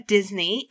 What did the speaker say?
Disney